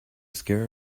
scare